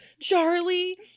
Charlie